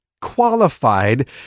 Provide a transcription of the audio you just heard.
qualified